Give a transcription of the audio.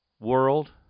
world